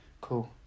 cool